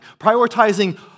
Prioritizing